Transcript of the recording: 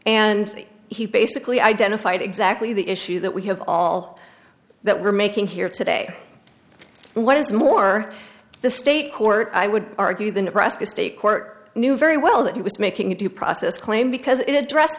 and he basically identified exactly the issue that we have all that we're making here today and what is more the state court i would argue the nebraska state court knew very well that he was making a due process claim because it addr